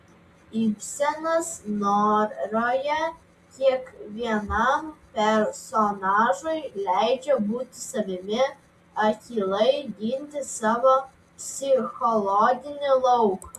ibsenas noroje kiekvienam personažui leidžia būti savimi akylai ginti savo psichologinį lauką